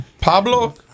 pablo